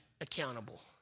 accountable